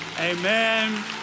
Amen